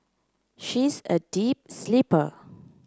she's a deep sleeper